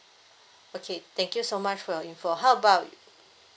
okay thank you so much for your info how about